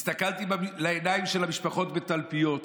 הסתכלתי בעיניים של המשפחות בתלפיות.